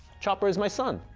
chopper is my son,